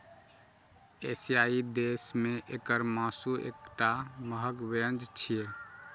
एशियाई देश मे एकर मासु एकटा महग व्यंजन छियै